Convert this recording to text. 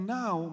now